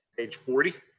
page forty.